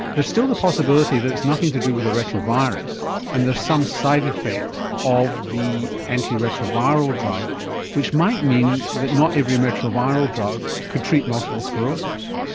there's still the possibility that it is nothing to do with the retrovirus and there's some side effect of the antiretroviral drug which might mean that not every retroviral drug could treat multiple sclerosis.